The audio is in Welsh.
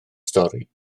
stori